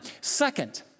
Second